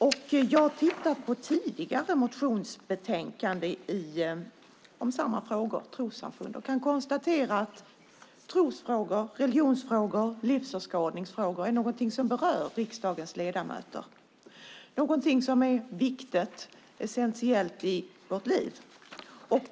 Jag har tittat på tidigare motionsbetänkanden om trossamfund och kan konstatera att trosfrågor, religionsfrågor, livsåskådningsfrågor är något som berör riksdagens ledamöter. Det handlar om sådant som är viktigt, essentiellt, i våra liv.